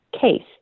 case